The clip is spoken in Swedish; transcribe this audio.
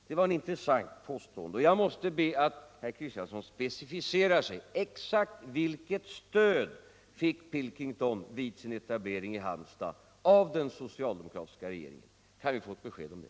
Det var ett intressant påstående, och jag måste be att herr Kristiansson specificerar sig: Exakt vilket stöd fick Pilkington vid sin etablering i Halmstad av den socialdemokratiska regeringen? Kan vi få ett besked om det?